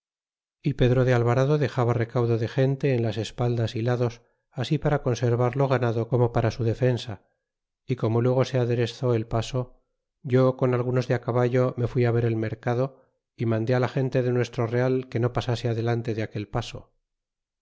y pedro de alvarado dexaba recaudo o de gente en las espaldas huasos así p ira conservar lo ganado como para su def usa ye rito in lo se adereszd el paso yo o con algu os de eabal'o me fui ver el mercado y mandé la gente de nuestro red que no pasase ad larite de aquel paso